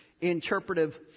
interpretive